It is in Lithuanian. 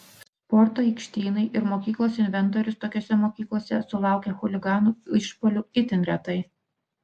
sporto aikštynai ir mokyklos inventorius tokiose mokyklose sulaukia chuliganų išpuolių itin retai